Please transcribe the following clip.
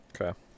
Okay